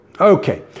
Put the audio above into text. Okay